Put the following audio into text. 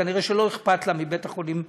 כנראה לא אכפת לה מבית-החולים רמב"ם,